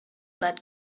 that